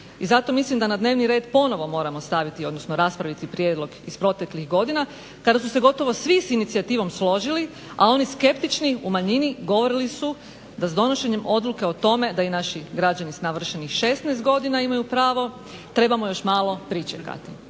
i zato mislim da na dnevni red ponovno moramo staviti, odnosno raspraviti prijedlog iz proteklih godina. Kada su se gotovo svi s inicijativom složili, a oni skeptični u manjini govorili su da s donošenjem odluke o tome da i naši građani s navršenih 16 godina imaju pravo, trebamo još malo pričekati,